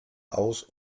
aus